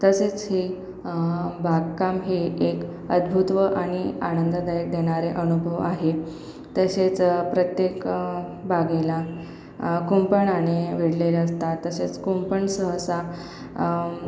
तसेच हे बागकाम हे एक अद्भुत व आणि आनंददायक देणारे अनुभव आहे तसेच प्रत्येक बागेला कुंपणाने वेढलेले असतात तसेच कुंपण सहसा